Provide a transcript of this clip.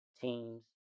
teams